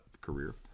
career